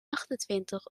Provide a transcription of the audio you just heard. achtentwintig